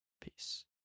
Peace